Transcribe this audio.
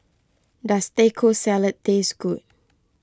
does Taco Salad taste good